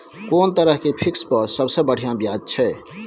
कोन तरह के फिक्स पर सबसे बढ़िया ब्याज छै?